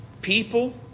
people